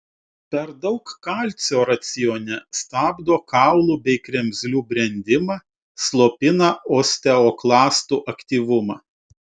per daug kalcio racione stabdo kaulų bei kremzlių brendimą slopina osteoklastų aktyvumą